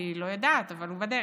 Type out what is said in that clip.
אני לא יודעת, אבל הוא בדרך.